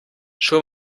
schon